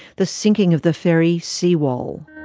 the sinking of the ferry sewol.